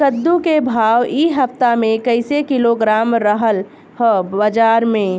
कद्दू के भाव इ हफ्ता मे कइसे किलोग्राम रहल ह बाज़ार मे?